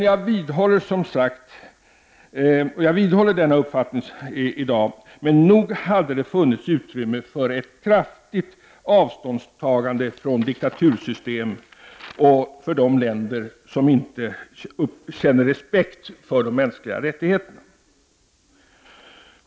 Jag vidhåller som sagt min uppfattning att det visst hade funnits utrymme för ett kraftfullt avståndstagande från diktatursystem och från de länder som inte känner respekt för de mänskliga rättigheterna.